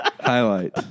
Highlight